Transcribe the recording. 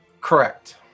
Correct